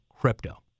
crypto